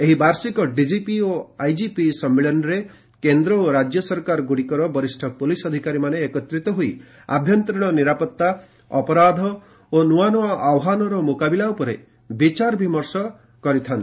ଏହି ବାର୍ଷିକ ଡିକିପି ଓ ଆଇଜିପି ସମ୍ମିଳନୀ ଅବସରରେ କେନ୍ଦ୍ର ଓ ରାଜ୍ୟ ସରକାରଗୁଡ଼ିକର ବରିଷ୍ଠ ପୁଲିସ୍ ଅଧିକାରୀମାନେ ଏକତ୍ରିତ ହୋଇ ଆଭ୍ୟନ୍ତରୀଣ ନିରାପତ୍ତା ଅପରାଧ ଓ ନୂଆନୂଆ ଆହ୍ୱାନର ମୁକାବିଲା ଉପରେ ବିଚାର ବିମର୍ଶ କରାଯାଇଥାଏ